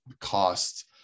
Costs